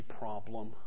problem